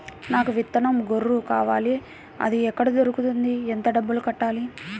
నాకు విత్తనం గొర్రు కావాలి? అది ఎక్కడ దొరుకుతుంది? ఎంత డబ్బులు కట్టాలి?